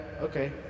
okay